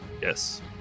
yes